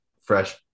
fresh